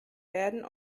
werden